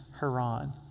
Haran